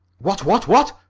what, what, what?